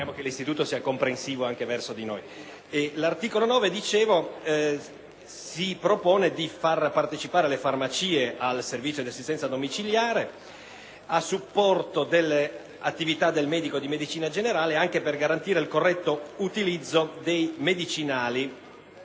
L'articolo 9, come dicevo, si propone di far partecipare le farmacie al servizio di assistenza domiciliare a supporto delle attività del medico di medicina generale, anche per garantire il corretto utilizzo dei medicinali;